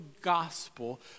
gospel